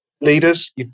Leaders